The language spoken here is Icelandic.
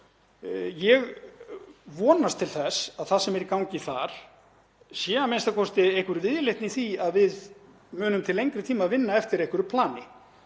þá vonast ég til þess að það sem er í gangi þar sé a.m.k. einhver viðleitni í því að við munum til lengri tíma vinna eftir einhverju plani.